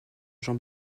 jean